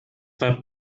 war